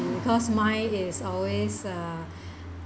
because mine is always uh